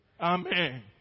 amen